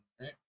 right